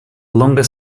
longer